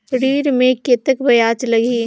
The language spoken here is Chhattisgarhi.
ऋण मे कतेक ब्याज लगही?